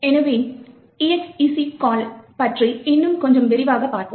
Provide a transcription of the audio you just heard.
எனவே exec கால்லை பற்றி இன்னும் கொஞ்சம் விரிவாகப் பார்ப்போம்